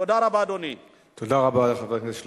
תודה רבה, אדוני.